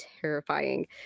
terrifying